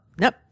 Nope